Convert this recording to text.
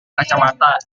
kacamata